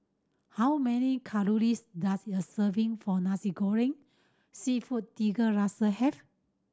how many calories does a serving for Nasi Goreng Seafood Tiga Rasa have